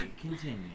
continue